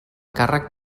càrrec